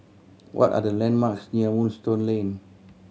what are the landmarks near Moonstone Lane